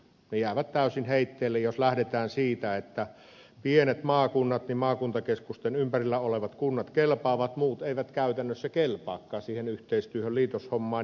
ne jäävät täysin heitteille jos lähdetään siitä että pienissä maakunnissa maakuntakeskusten ympärillä olevat kunnat kelpaavat muut eivät käytännössä kelpaakaan siihen yhteistyöhön liitoshommaan